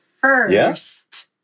first